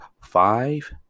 five